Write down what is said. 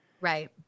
right